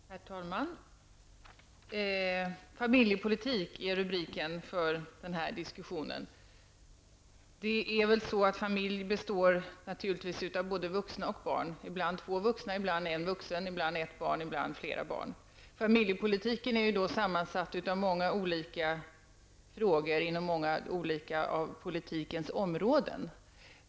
Herr talman! Familjepolitik är rubriken för den här diskussionen. En familj består naturligtvis av både vuxna och barn -- ibland två vuxna, ibland en vuxen, ibland ett barn, ibland flera barn. Familjepolitiken är då sammansatt av många olika frågor inom många av politikens olika områden.